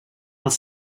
els